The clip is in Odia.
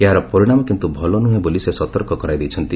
ଏହାର ପରିଣାମ କିନ୍ତୁ ଭଲ ନୁହେଁ ବୋଲି ସେ ସତର୍କ କରାଇ ଦେଇଛନ୍ତି